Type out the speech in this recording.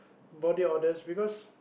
body odours because